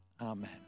Amen